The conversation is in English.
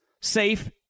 safe